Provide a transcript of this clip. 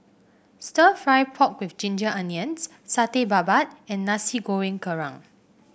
stir fry pork with Ginger Onions Satay Babat and Nasi Goreng Kerang